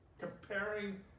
Comparing